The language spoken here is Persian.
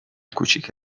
کوچک